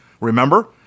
Remember